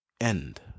End